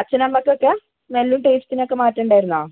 അച്ഛനും അമ്മക്കുമൊക്കെ സ്മെല്ലും ടേസ്റ്റും ഒക്കെ മാറ്റമുണ്ടായിരുന്നോ